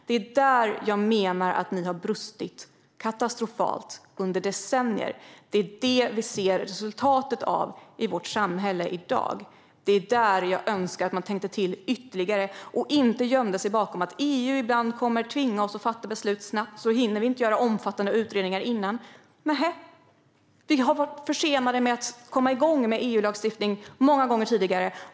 Det är där jag menar att ni har brustit, katastrofalt, under decennier. Det är det vi ser resultatet av i vårt samhälle i dag. Jag önskar att man skulle tänka till ytterligare och inte gömma sig bakom detta: EU kommer ibland att tvinga oss att fatta beslut snabbt. Då hinner vi inte göra omfattande utredningar innan. Nähä, vi har varit försenade med att komma igång med EU-lagstiftning många gånger tidigare.